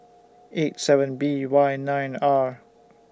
eight seven B Y nine R